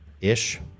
Ish